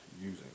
using